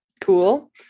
cool